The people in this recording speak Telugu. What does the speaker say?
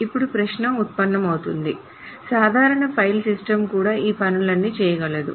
అప్పుడు ప్రశ్న ఉత్పన్నమవుతుంది సాధారణ ఫైల్ సిస్టమ్ కూడా ఈ పనులన్నీ చేయగలదు